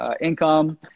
income